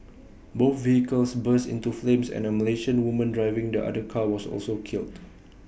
both vehicles burst into flames and A Malaysian woman driving the other car was also killed